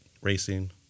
racing